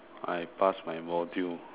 I pass my module